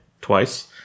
twice